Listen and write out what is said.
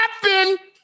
happen